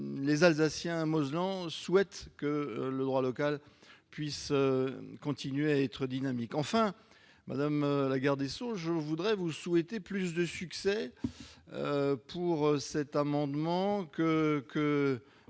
Les Alsaciens-Mosellans souhaitent que leur droit local puisse continuer à être dynamique. Enfin, madame la garde des sceaux, je voudrais vous souhaiter plus de succès pour cet amendement que